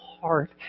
heart